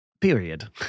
period